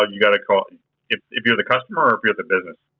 ah yeah like ah and if if you're the customer or if you're the business?